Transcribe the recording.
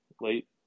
Late